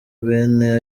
bene